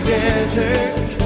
desert